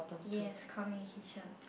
yes communication